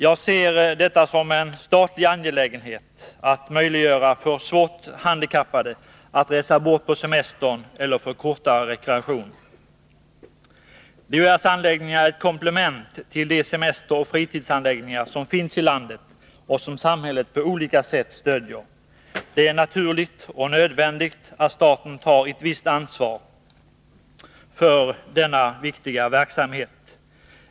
Jag ser det som en statlig angelägenhet att möjliggöra för svårt handikappade att resa bort på semestern eller för kortare rekreation. DHR:s anläggningar är ett komplement till de semesteroch fritidsanläggningar som finns i landet och som samhället på olika sätt stöder. Det är naturligt och nödvändigt att staten tar ett visst ansvar för denna viktiga verksamhet.